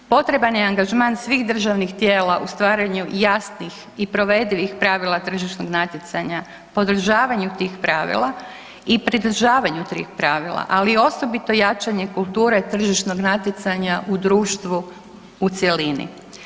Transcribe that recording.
Potreban je angažman svih državnih tijela u stvaranju jasnih i provedivih pravila tržišnog natjecanja u podržavanju tih pravila i pridržavanju tih pravila ali i osobito jačanje kulture tržišnog natjecanja u društvu u cjelini.